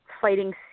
fighting